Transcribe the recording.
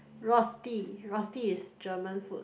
Rosti Rosti is German food